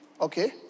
okay